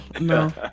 no